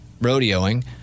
rodeoing